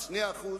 2%,